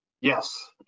Yes